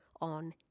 on